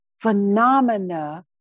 phenomena